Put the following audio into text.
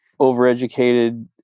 overeducated